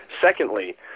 Secondly